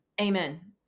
Amen